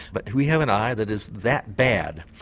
but we have an eye that is that bad.